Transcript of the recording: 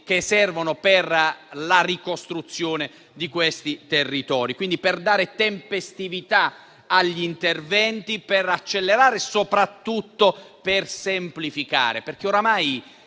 necessari alla ricostruzione di questi territori, quindi per dare tempestività agli interventi, per accelerare e soprattutto per semplificare.